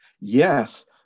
Yes